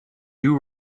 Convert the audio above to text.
you